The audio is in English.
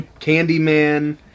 Candyman